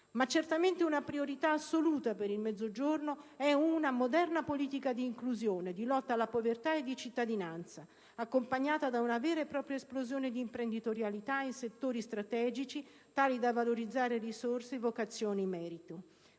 ma certamente una priorità assoluta per il Mezzogiorno è una moderna politica di inclusione, di lotta alla povertà e di cittadinanza, accompagnata da una vera e propria esplosione di imprenditorialità in settori strategici tali da valorizzare risorse, vocazioni e meriti.